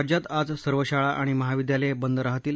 राज्यात आज सर्व शाळा आणि महाविद्यालये बंद राहतील